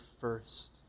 first